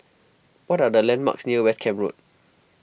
what are the landmarks near West Camp Road